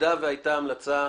במידה והייתה המלצה,